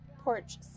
porch